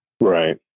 Right